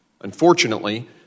Unfortunately